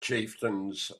chieftains